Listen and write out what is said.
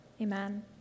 Amen